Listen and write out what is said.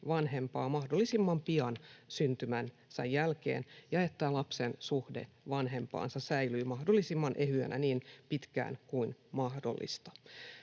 vanhempaa mahdollisimman pian hänen syntymänsä jälkeen ja että lapsen suhde vanhempaansa säilyy mahdollisimman ehyenä niin pitkään kuin mahdollista.